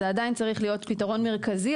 זה עדיין צריך להיות פתרון מרכזי,